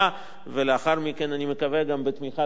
ולאחר מכן אני מקווה שגם בתמיכת המליאה,